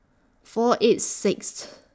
four eight Sixth